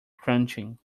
crunching